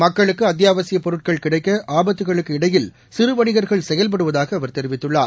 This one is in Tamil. மக்களுக்கு அத்தியாவசியப் பொருட்கள் கிடைக்க ஆபத்துகளுக்கு இடையில் சிறு வணிகர்கள் செயல்படுவதாக அவர் தெரிவித்துள்ளார்